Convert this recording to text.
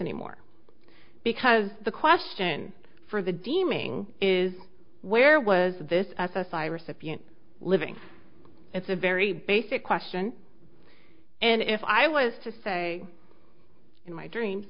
anymore because the question for the deeming is where was this s s i recipient living it's a very basic question and if i was to say in my dream